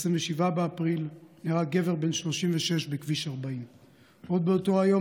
ב-27 באפריל נהרג גבר בן 36 בכביש 40. עוד באותו היום